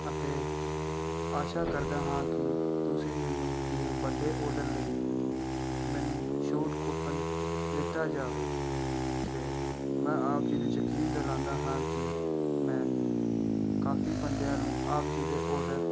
ਅਤੇ ਆਸ਼ਾ ਕਰਦਾ ਹਾਂ ਕਿ ਤੁਸੀਂ ਮੈਨੂੰ ਇਹ ਵੱਡੇ ਔਡਰ ਲਈ ਮੈਨੂੰ ਛੂਟ ਕੁਪਨ ਦਿੱਤਾ ਜਾਵੇ ਅਤੇ ਮੈਂ ਆਪ ਜੀ ਨੂੰ ਯਕੀਨ ਦਿਲਾਉਂਦਾ ਹਾਂ ਕਿ ਮੈਂ ਕਾਫ਼ੀ ਬੰਦਿਆਂ ਨੂੰ ਆਪ ਜੀ ਦੇ ਔਡਰ